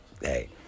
Hey